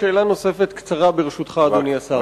שאלה נוספת קצרה, ברשותך, אדוני השר.